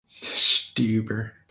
Stuber